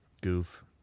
Goof